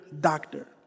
doctor